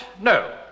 no